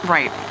Right